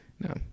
No